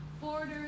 borders